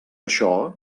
això